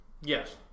Yes